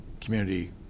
community